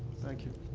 thank you.